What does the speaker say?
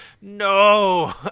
no